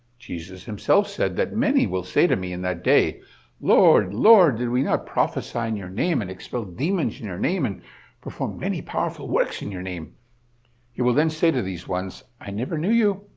jesus himself said that many will say to me in that day lord, lord, did we not prophesy in your name, and expel demons in your name, and perform many powerful works in your name he will then say to these ones, i never knew you!